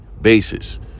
basis